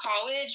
college